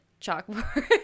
chalkboard